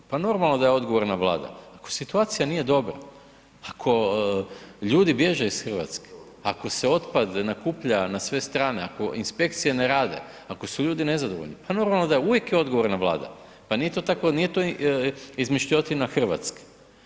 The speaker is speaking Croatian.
Pa normalno da je odgovorna Vlada, ako situacija nije dobra, ako ljudi bježe ih Hrvatske, ako se otpad nakuplja na sve strane, ako inspekcije ne rade, ako su ljudi nezadovoljni, pa normalno da, uvijek je odgovorna Vlada, pa nije to tako, nije to izmišljotina Hrvatske.